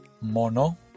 Mono